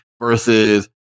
versus